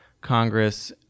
Congress